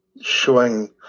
showing